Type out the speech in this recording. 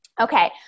Okay